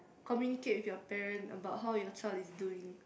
communicate with your parent about how your child is doing